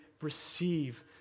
receive